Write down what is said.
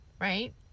right